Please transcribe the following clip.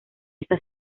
esa